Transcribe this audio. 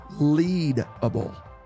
leadable